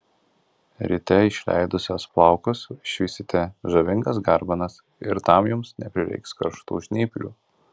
ryte išleidusios plaukus išvysite žavingas garbanas ir tam jums neprireiks karštų žnyplių